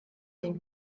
den